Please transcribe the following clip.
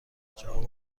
جواب